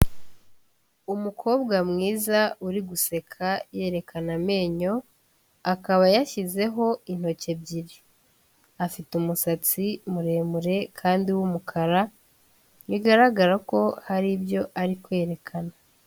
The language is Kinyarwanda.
Umukobwa mwiza uri guseka yerekana amenyo, akaba yashyizeho intoki ebyiri, afite umusatsi muremure kandi w'umukara bigaragara ko hari ibyo ari kwerekana.